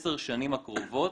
בעשר השנים הקרובות